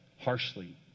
harshly